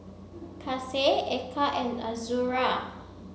Kasih Eka and Azura